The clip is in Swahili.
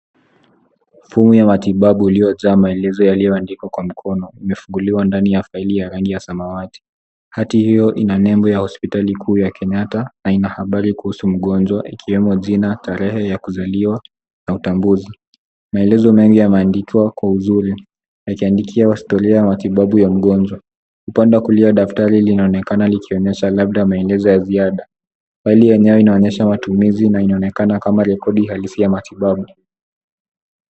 Fomu ya matibabu iliyoandikwa kwa mkono, imehifadhiwa ndani ya faili ya rangi ya mawati. Hati hiyo inatokana na hospitali ya Kenyata, haina habari kuhusu mgonjwa, ikiwemo jina na tarehe ya kuzaliwa au kitambulisho. Maelezo mengi ya maandiko ni ya historia, yakiandika stori ya matibabu ya mgonjwa. Kipengele cha kupima kimewekwa ili kuonyesha labda matokeo ya vipimo. Ubora wa hati unaonyesha matibabu yaliyotolewa na inaonekana kama rekodi ya lisiti ya matibabu.